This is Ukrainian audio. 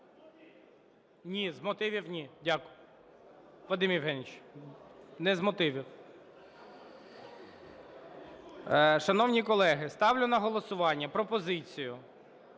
Ні, з мотивів – ні. Дякую. Вадим Євгенійович, не з мотивів. Шановні колеги, ставлю на голосування пропозицію